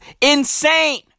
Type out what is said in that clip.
insane